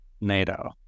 NATO